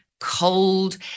cold